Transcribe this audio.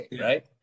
right